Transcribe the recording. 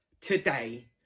today